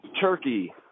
Turkey